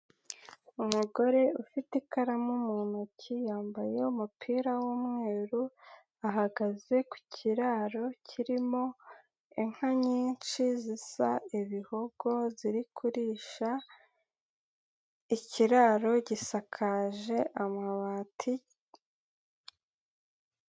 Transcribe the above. Umugore ufite ikaramu mu ntoki yambaye umupira w'umweru, ahagaze ku kiraro kirimo inka nyinshi zisa ibihogo ziri kurisha, ikiraro gisakaje amabati.